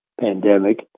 pandemic